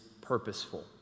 purposeful